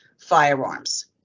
firearms